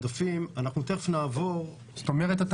זאת אומרת,